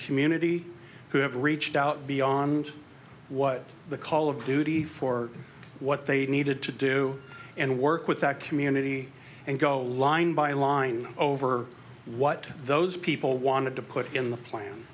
community who have reached out beyond what the call of duty for what they needed to do and work with that community and go line by line over what those people wanted to put in the plan